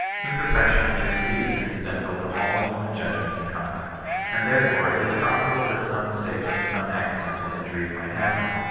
imperfection is indeed incidental to all human judgment and conduct and therefore it is pro bable that some mistakes and some accidental injuries might happen.